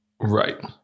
Right